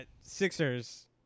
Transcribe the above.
Sixers